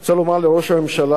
אני רוצה לומר לראש הממשלה,